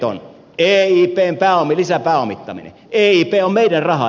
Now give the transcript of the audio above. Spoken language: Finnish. eip on meidän rahaamme eiplle